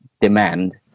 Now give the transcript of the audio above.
demand